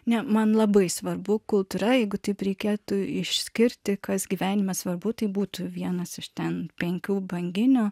ne man labai svarbu kultūra jeigu taip reikėtų išskirti kas gyvenime svarbu tai būtų vienas iš ten penkių banginių